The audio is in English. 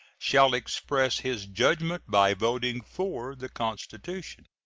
shall express his judgment by voting for the constitution.